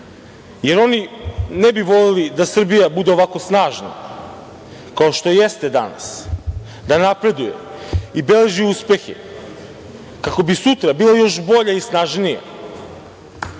jer oni ne bi voleli da Srbija bude ovako snažna kao što jeste danas, da napreduje i beleži uspehe kako bi sutra bila još bolja i snažnija. Oni